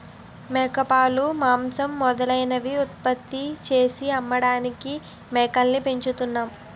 మేకపాలు, మాంసం మొదలైనవి ఉత్పత్తి చేసి అమ్మడానికి మేకల్ని పెంచుతున్నాం